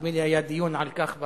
נדמה לי שהיה דיון על כך בקבינט,